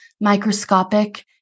microscopic